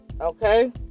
okay